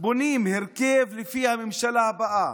בונים הרכב לפי הממשלה הבאה,